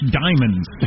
diamonds